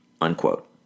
unquote